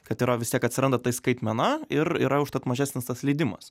kad yra vis tiek atsiranda tai skaitmena ir yra užtat mažesnis tas leidimas